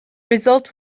result